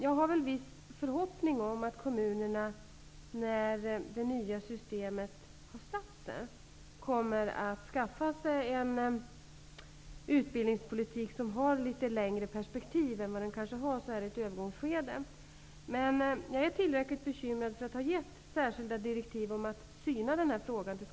Jag har vissa förhoppningar om att kommunerna, när det nya systemet har satt sig, kommer att skaffa sig en utbildningspolitik med litet längre perspektiv än vad man har i ett övergångsskede. Jag är tillräckligt bekymrad för att ha gett Skolverket särskilda direktiv om att syna den här frågan.